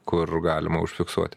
kur galima užfiksuoti